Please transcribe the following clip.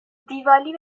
دیوالی